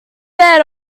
man